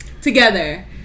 together